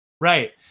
Right